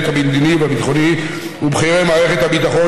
המדיני והביטחוני ובכירי מערכת הביטחון,